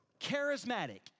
Charismatic